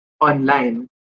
online